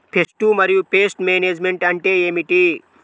Pest మరియు pest management అంటే ఏమిటి?